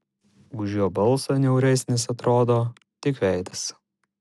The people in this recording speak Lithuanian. už jo balsą niauresnis atrodo tik veidas